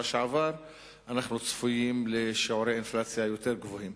שעבר אנחנו צפויים לשיעורי אינפלציה יותר גבוהים,